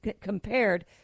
compared